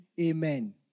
Amen